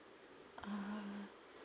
ah